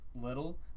little